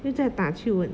又再打去问